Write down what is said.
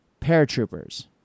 paratroopers